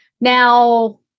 Now